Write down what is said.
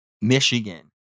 Michigan